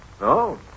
No